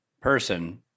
person